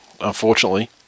unfortunately